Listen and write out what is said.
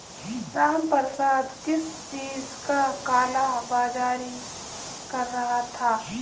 रामप्रसाद किस चीज का काला बाज़ारी कर रहा था